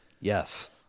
yes